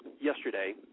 yesterday